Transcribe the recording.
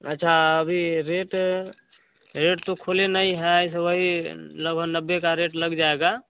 अच्छा अभी rate rate तो खोली नहीं है वही लगभग नब्बे का रेट लग जाएगा